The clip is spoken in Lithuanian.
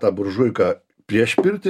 ta buržuika prieš pirtį